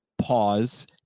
pause